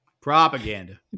Propaganda